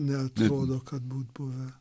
neatrodo kad būt buvę